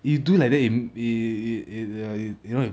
you do it like that it it it it it err you know